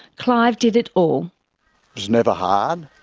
clive did it all. it was never hard.